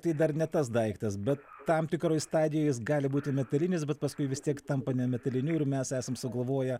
tai dar ne tas daiktas bet tam tikroj stadijoj jis gali būti metalinis bet paskui vis tiek tampa ne metaliniu ir mes esam sugalvoję